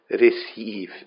receive